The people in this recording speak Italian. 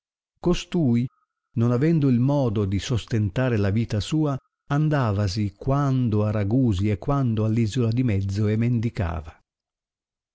costui non avendo il modo di sostentare la vita sua andavasi quando a ragusi e quando all isola di mezzo e mendicava